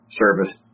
service